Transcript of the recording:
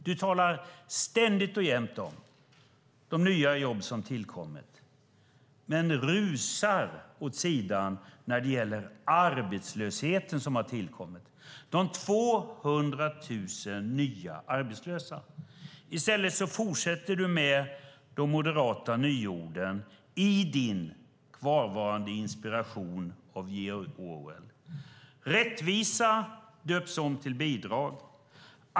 Du talar ständigt och jämt om de nya jobb som tillkommit men rusar åt sidan när det gäller arbetslösheten som har tillkommit - de 200 000 nya arbetslösa. I stället fortsätter du med de moderata nyorden i din kvarvarande inspiration från George Orwell. Rättvisa döps om till bidrag.